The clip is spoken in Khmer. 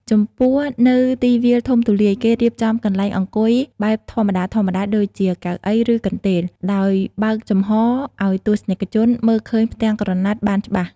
ចំពោះនៅទីវាលធំទូលាយ គេរៀបចំកន្លែងអង្គុយបែបធម្មតាៗដូចជា កៅអី ឬកន្ទេល ដោយបើកចំហរឱ្យទស្សនិកជនមើលឃើញផ្ទាំងក្រណាត់បានច្បាស់។